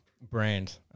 brand